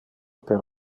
per